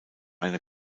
eine